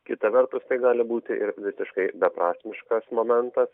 kita vertus tai gali būti ir visiškai beprasmiškas momentas